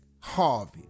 Harvey